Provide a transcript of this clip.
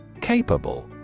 Capable